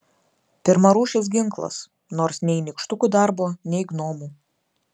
pirmarūšis ginklas nors nei nykštukų darbo nei gnomų